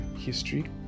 history